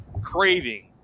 craving